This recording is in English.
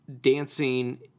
dancing